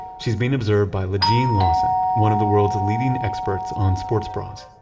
she's being observed by lajean lawson, one of the world's leading experts on sports bras.